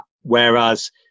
Whereas